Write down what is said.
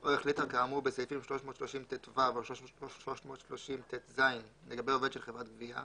או החליטה כאמור בסעיפים 330טו או 330טז לגבי עובד של חברת גבייה,